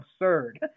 absurd